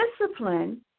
discipline